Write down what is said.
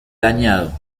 dañado